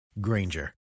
Granger